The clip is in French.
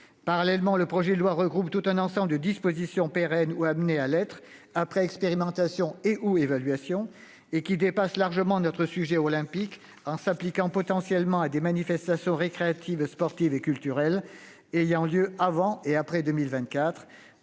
Parallèlement, le projet de loi regroupe un ensemble de dispositions pérennes ou amenées à l'être après expérimentation et/ou évaluation, et qui dépassent largement le cadre olympique, en s'appliquant potentiellement à « des manifestations récréatives, sportives et culturelles » ayant lieu avant et après 2024